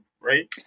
right